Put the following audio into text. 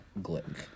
Glick